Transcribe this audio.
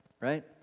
right